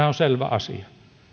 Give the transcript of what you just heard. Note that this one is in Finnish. on selvä asia